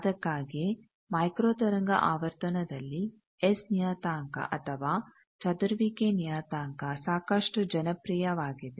ಅದಕ್ಕಾಗಿಯೇ ಮೈಕ್ರೋ ತರಂಗ ಆವರ್ತನದಲ್ಲಿ ಎಸ್ ನಿಯತಾಂಕ ಅಥವಾ ಚದುರುವಿಕೆ ನಿಯತಾಂಕ ಸಾಕಷ್ಟು ಜನಪ್ರಿಯವಾಗಿದೆ